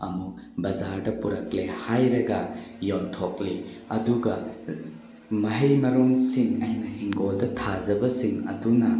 ꯑꯃꯨꯛ ꯕꯖꯥꯔꯗ ꯄꯨꯔꯛꯂꯦ ꯍꯥꯏꯔꯒ ꯌꯣꯟꯊꯣꯛꯂꯤ ꯑꯗꯨꯒ ꯃꯍꯩ ꯃꯔꯣꯡꯁꯤꯡ ꯑꯩꯅ ꯍꯤꯡꯒꯣꯜꯗ ꯊꯥꯖꯕꯁꯤꯡ ꯑꯗꯨꯅ